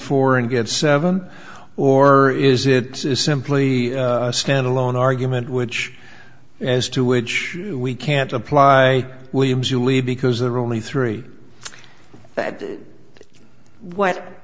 four and get seven or is it simply a stand alone argument which as to which we can't apply williams you we because there are only three that